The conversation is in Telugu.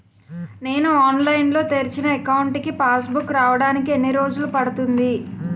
నేను ఆన్లైన్ లో తెరిచిన అకౌంట్ కి పాస్ బుక్ రావడానికి ఎన్ని రోజులు పడుతుంది?